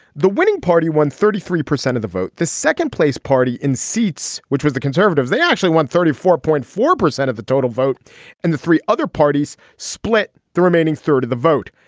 the winning party won thirty three percent of the vote the second place party in seats which was the conservatives they actually won thirty four point four percent of the total vote and the three other parties split the remaining third of the vote.